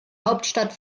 hauptstadt